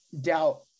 doubt